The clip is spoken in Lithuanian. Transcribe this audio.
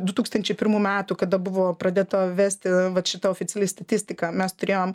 du tūkstančiai pirmų metų kada buvo pradėta vesti vat šita oficiali statistika mes turėjom